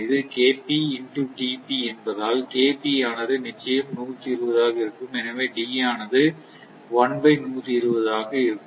இது என்பதால் ஆனது நிச்சயம் 120 ஆக இருக்கும் எனவே D ஆனது 1120 ஆக இருக்கும்